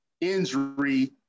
injury